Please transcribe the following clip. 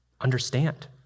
understand